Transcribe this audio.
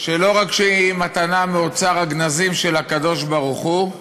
שלא רק שהיא מתנה מאוצר הגנזים של הקדוש ברוך הוא,